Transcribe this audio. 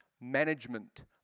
management